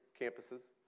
campuses